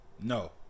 No